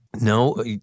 No